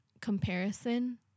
comparison